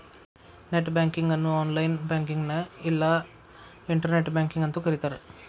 net banking ಅನ್ನು online ಬ್ಯಾಂಕಿಂಗ್ನ ಇಲ್ಲಾ ಇಂಟರ್ನೆಟ್ ಬ್ಯಾಂಕಿಂಗ್ ಅಂತೂ ಕರಿತಾರ